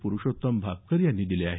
प्रूषोत्तम भापकर यांनी दिले आहेत